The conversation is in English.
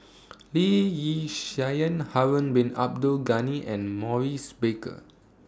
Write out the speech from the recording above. Lee Yi Shyan Harun Bin Abdul Ghani and Maurice Baker